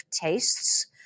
tastes